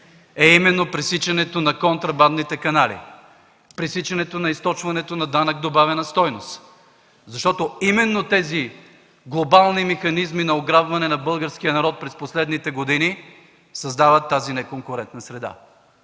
е именно пресичането на контрабандните канали, пресичането на източването на данък добавена стойност, защото именно тези глобални механизми на ограбване на българския народ през последните години създават тази неконкурентна среда.